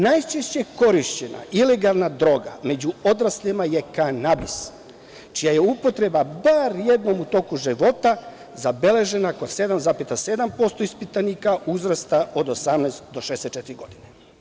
Najčešće korišćena ilegalna droga među odraslima je kanabis, čija je upotreba bar jednom u toku života zabeležena kod 7,7% ispitanika uzrasta od 18 do 64 godine.